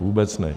Vůbec ne.